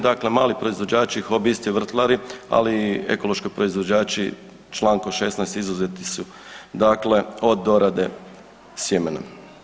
Dakle mali proizvođači, hobisti i vrtlari, ali i ekološki proizvođači čl. 16 izuzeti su dakle od dorade sjemena.